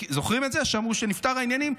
זוכרים את זה, שאמרו שנפתרו העניינים?